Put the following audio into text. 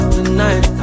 Tonight